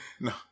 No